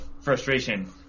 frustration